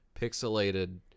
pixelated